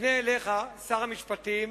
אפנה אליך, שר המשפטים,